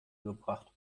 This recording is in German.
gebracht